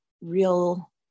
real